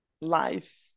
life